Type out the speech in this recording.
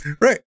Right